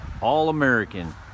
All-American